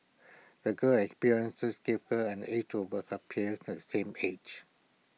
the girl experiences gave her an edge over her peers can same age